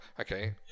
Okay